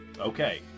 okay